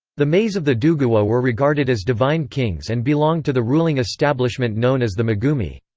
the mais of the duguwa were regarded as divine kings and belonged to the ruling establishment known as the magumi.